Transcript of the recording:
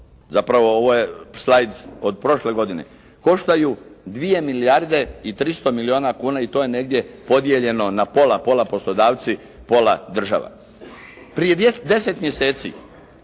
zapravo ovo je slajd od prošle godine, koštaju 2 milijarde i 300 milijuna kuna i to je negdje podijeljeno na pola, pola poslodavci, pola država. Prije 10 mjeseci